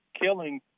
killing